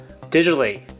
digitally